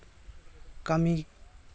ᱠᱟᱹᱢᱤ